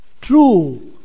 true